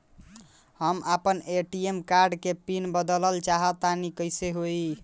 हम आपन ATM card के पीन बदलल चाहऽ तनि कइसे होई?